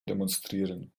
demonstrieren